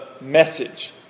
message